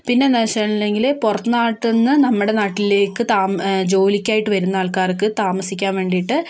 പിന്നെന്താണെന്ന് വെച്ചാല്ലെങ്കില് പുറംനാട്ടിന്നു നമ്മുടെ നാട്ടിലേക്ക് താമ ജോലിക്കായിട്ടു വരുന്ന ആൾക്കാർക്ക് താമസിക്കാൻ വേണ്ടീട്ട്